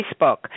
facebook